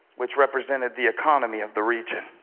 which represented the economy of the region.